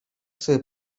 sobie